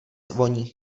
voní